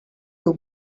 you